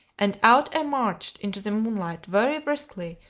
and out i marched into the moonlight, very briskly,